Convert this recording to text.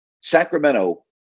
Sacramento